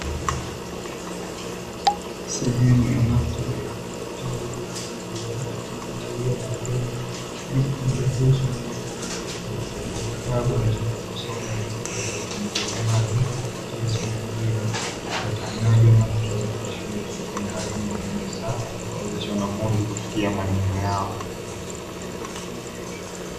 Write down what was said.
Sehemu ya maktaba ikiwa na vitabu vilivyo pangiliwa katika mpangilio maalumu ili kumuwezesha mwanafunzi kuweza kuchagua kitabu anachotaka kusoma iki kuweza kuongeza maarifa kupitia somo hilo, upatikanaji wa maktaba katika shule za sekondari ni muhimu sana kuwawezesha wanafunzi kufikia malengo yao.